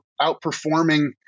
outperforming